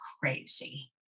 crazy